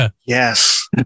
yes